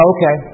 Okay